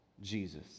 Jesus